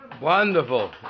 Wonderful